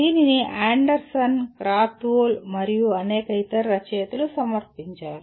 దీనిని Anderson Krathwohl మరియు అనేక ఇతర రచయితలు సమర్పించారు